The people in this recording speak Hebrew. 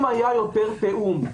אם היה יותר תיאום,